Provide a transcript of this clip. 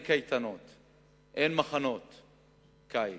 אין מחנות קיץ,